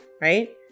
right